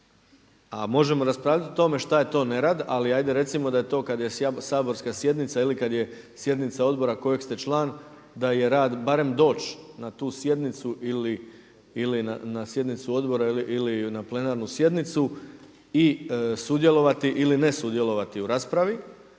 a možemo raspravljati o tome šta je to nerad. Ali hajde recimo da je to kad je saborska sjednica ili kad je sjednica odbora kojeg ste član da je rad barem doći na tu sjednicu ili na sjednicu odbora ili na plenarnu sjednicu i sudjelovati ili ne sudjelovati u raspravi.